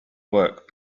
work